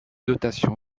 dotations